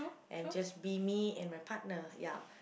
and just be me and my partner ya